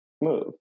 move